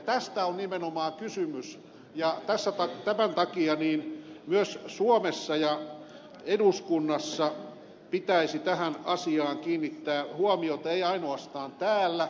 tästä on nimenomaan kysymys ja tämän takia myös suomessa ja eduskunnassa pitäisi tähän asiaan kiinnittää huomiota eikä ainoastaan täällä